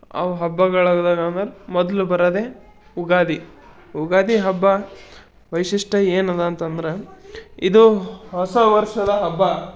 ಅವು ಹಬ್ಬಗಳು ಮೊದಲು ಬರೋದೇ ಉಗಾದಿ ಉಗಾದಿ ಹಬ್ಬ ವೈಶಿಷ್ಟ್ಯ ಏನದ ಅಂತಂದ್ರೆ ಇದು ಹೊಸ ವರ್ಷದ ಹಬ್ಬ